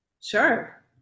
Sure